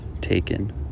taken